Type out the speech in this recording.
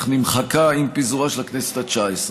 אך נמחקה עם פיזורה של הכנסת התשע-עשרה.